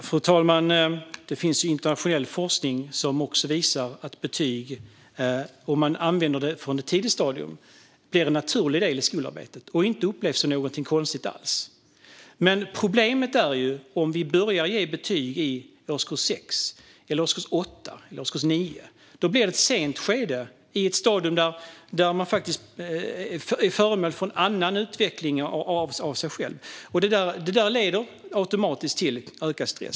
Fru talman! Det finns också internationell forskning som visar att betyg om man använder dem från ett tidigt stadium blir en naturlig del i skolarbetet och inte upplevs som någonting konstigt alls. Problemet uppstår om vi börjar ge betyg i årskurs 6, 8 eller 9. Då blir det i ett sent skede, där man är i ett annat utvecklingsstadium. Det leder automatiskt till ökad stress.